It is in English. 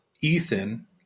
Ethan